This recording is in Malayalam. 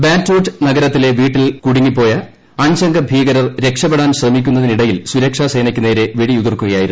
ബാറ്റോട്ട് നഗരത്തിലെവീട്ടിൽ കൂടുങ്ങിപ്പോയ അഞ്ചംഗ ഭീകരർ രക്ഷപെടാൻ ശ്രമിക്കുന്നതിനിടയിൽ സൂരക്ഷാസേന യ്ക്ക് നേരെ വെടിയുതിർക്കുകയായിരുന്നു